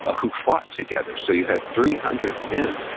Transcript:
ah who fought together. so, you had three hundred men,